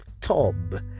Tob